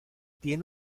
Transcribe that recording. tiene